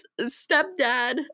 stepdad